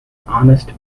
honest